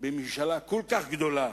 בממשלה כל כך גדולה